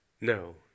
No